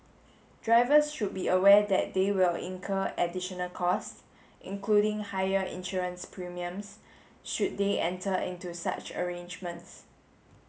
drivers should be aware that they will incur additional costs including higher insurance premiums should they enter into such arrangements